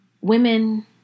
women